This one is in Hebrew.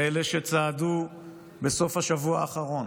ואלה שצעדו בסוף השבוע האחרון,